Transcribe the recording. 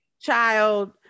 child